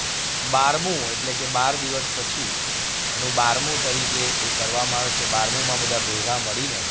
બારમુ એટલે કે બાર દિવસ પછી એનું બારમુ તરીકે એ કરવામાં આવે છે બારમુમાં બધાં ભેગાં મળીને